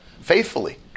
faithfully